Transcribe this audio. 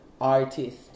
artist